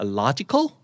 logical